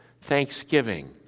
thanksgiving